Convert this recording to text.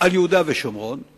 על יהודה ושומרון היא